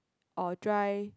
or dry